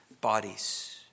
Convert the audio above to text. bodies